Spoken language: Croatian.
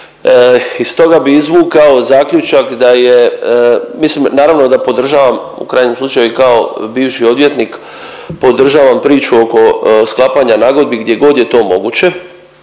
Iz toga bi izvukao zaključak da je, mislim naravno da podržavam u krajnjem slučaju i kao bivši odvjetnik podržavam priču oko sklapanja nagodbi gdje god je to moguće,